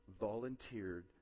volunteered